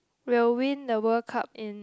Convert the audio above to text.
will win the World Cup in